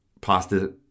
pasta